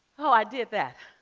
oh, i did that,